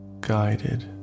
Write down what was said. Guided